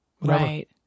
right